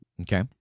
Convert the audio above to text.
Okay